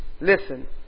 Listen